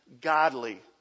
godly